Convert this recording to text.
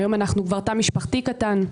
היום אנחנו כבר תא משפחתי קטן.